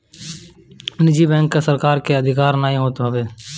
निजी बैंक पअ सरकार के अधिकार नाइ होत हवे